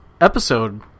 episode